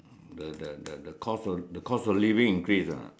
the the the the cost of the cost of living increase ah